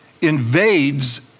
invades